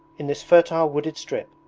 in this fertile wooded strip,